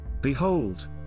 Behold